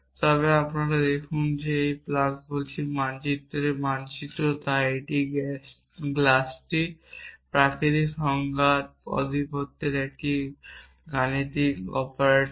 তবে আরও দেখুন আমরা সেই প্লাস বলছি মানচিত্রের মানচিত্র তাই এই প্লাসটি প্রাকৃতিক সংখ্যার আধিপত্যের একটি গাণিতিক অপারেটর